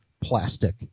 plastic